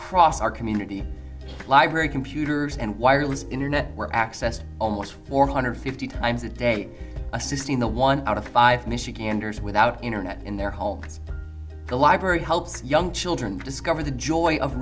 cross our community library computers and wireless internet were accessed almost four hundred fifty times a day assisting the one out of five michiganders without internet in their homes the library helps young children discover the joy of